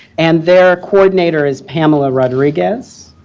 and their coordinator is pamela rodriguez.